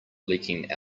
leaking